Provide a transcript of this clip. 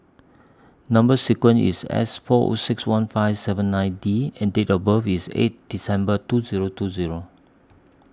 Number sequence IS S four O six one five seven nine D and Date of birth IS eight December two Zero two Zero